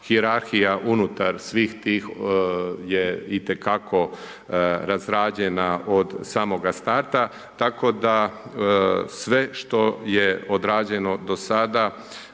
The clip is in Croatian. hijerarhija unutar svih tih je itekako razrađena od samoga starta, tako da sve što je odrađeno do sada